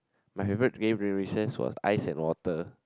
my favourite game during recess was Ice and Water